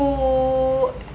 school